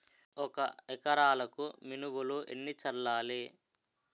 ఒక ఎకరాలకు మినువులు ఎన్ని చల్లాలి?